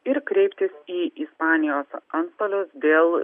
ir kreiptis į ispanijos antstolius dėl